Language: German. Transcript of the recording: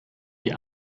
die